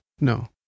No